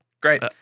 Great